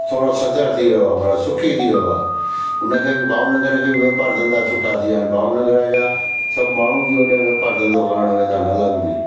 थोरो सदर थी वियो आहे सुखी थी वियो आहे उन खे बि भावनगर में बि वापारु धंधा सुठा थी विया आहिनि भावनगर जा सभु माण्हू बि होॾे वापारु धंधो करण वेंदा आहिनि अलॻि बि